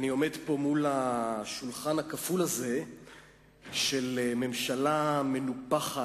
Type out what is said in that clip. אני עומד פה מול השולחן הכפול הזה של ממשלה מנופחת,